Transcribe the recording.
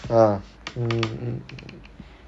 ah mm